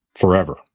forever